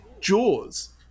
Jaws